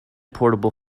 portable